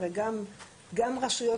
הרי רשויות